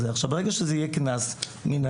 עכשיו ברגע שזה יהיה קנס מינהלי,